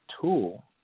tool